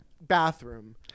bathroom